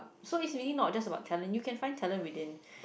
so it's really not just about talent you can find talent within